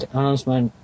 Announcement